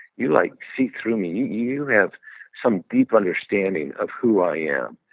you like sea swimming. you you have some deep understanding of who i am.